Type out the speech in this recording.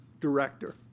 director